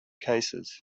cases